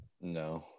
No